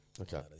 Okay